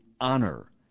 honor